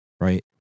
Right